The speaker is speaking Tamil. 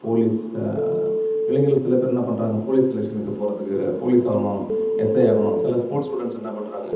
போலீஸ் இளைஞர் சில பேர் என்ன பண்றாங்க போலீஸ் செலக்ஷனுக்கு போகிறதுக்கு போலீஸ் ஆகணும் எஸ்ஐ ஆகணும் சில ஸ்போர்ட்ஸ் ஸ்டுடெண்ட்ஸ் என்ன பண்றாங்க